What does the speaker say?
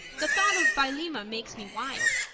the thought of vailima makes me wild.